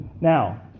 Now